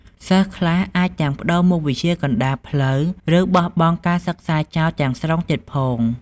សិស្សខ្លះអាចទាំងប្ដូរមុខវិជ្ជាកណ្តាលផ្លូវ ឬបោះបង់ការសិក្សាចោលទាំងស្រុងទៀតផង។